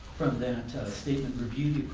from that statement review